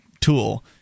tool